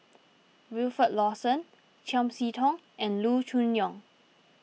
Wilfed Lawson Chiam See Tong and Loo Choon Yong